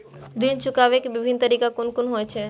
ऋण चुकाबे के विभिन्न तरीका कुन कुन होय छे?